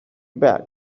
back